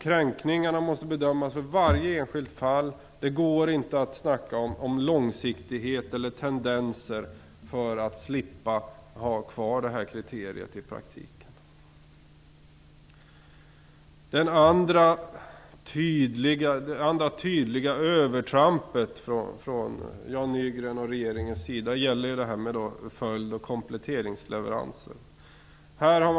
Kränkningarna måste bedömas i varje enskilt fall. Det går inte att snacka om långsiktighet eller tendenser för att slippa ha kvar detta kriterium i praktiken. Det andra tydliga övertrampet från Jan Nygrens och regeringens sida gäller följd och kompletteringsleveranserna.